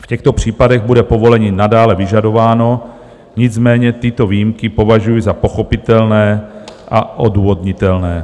V těchto případech bude povolení nadále vyžadováno, nicméně tyto výjimky považuji za pochopitelné a odůvodnitelné.